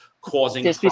causing